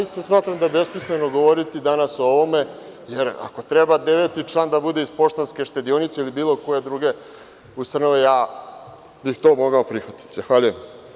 Zaista smatram da je besmisleno govoriti danas o ovome jer ako treba deveti član da bude iz Poštanske štedionice ili bilo koje druge ustanove, ja ne bih to mogao prihvatiti.